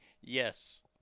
Yes